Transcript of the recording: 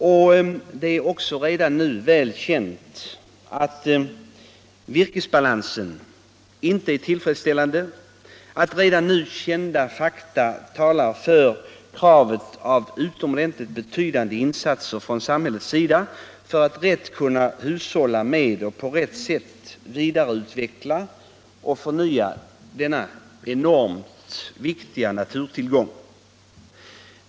Det är också väl känt att virkesbalansen inte är tillfredsställande, och redan nu kända fakta talar för krav på utomordentligt betydande insatser från samhällets sida för att vi skall kunna rätt hushålla med och på rätt sätt vidareutveckla och förnya denna enormt viktiga naturtillgång.